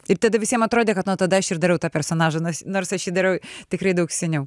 ir tada visiem atrodė kad nuo tada aš ir dariau tą personažą nors nors aš jį dariau tikrai daug seniau